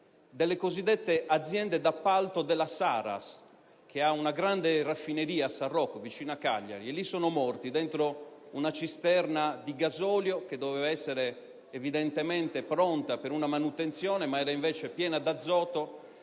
delle cosiddette aziende d'appalto della Saras, che ha una grande raffineria a Sarroch, vicino Cagliari. Lì sono morti, dentro una cisterna di gasolio che evidentemente doveva essere pronta per la manutenzione, ma che era invece piena di azoto;